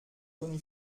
toni